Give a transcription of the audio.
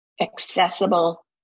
accessible